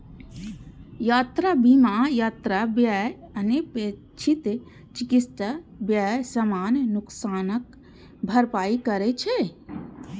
यात्रा बीमा यात्रा व्यय, अनपेक्षित चिकित्सा व्यय, सामान नुकसानक भरपाई करै छै